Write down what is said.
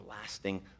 lasting